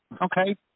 okay